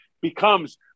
becomes